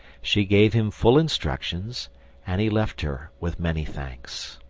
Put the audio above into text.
she gave him full instructions and he left her with many thanks.